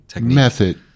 method